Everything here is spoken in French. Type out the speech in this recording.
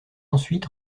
ensuite